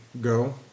go